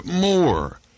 more